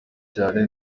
cyane